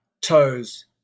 toes